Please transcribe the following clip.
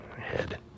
head